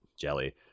jelly